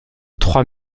trois